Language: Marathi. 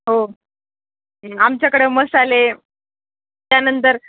हो आमच्याकडे मसाले त्यानंतर